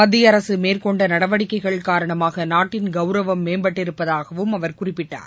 மத்திய அரசு மேற்கொண்ட நடவடிக்கைகள் காரணமாக நாட்டின் கௌரவம் மேம்பட்டிருப்பதாகவும் அவர் குறிப்பிட்டார்